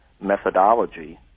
methodology